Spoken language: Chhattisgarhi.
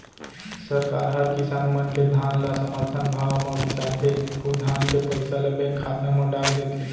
सरकार हर किसान मन के धान ल समरथन भाव म बिसाथे अउ धान के पइसा ल बेंक खाता म डार देथे